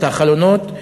את החלונות,